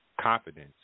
confidence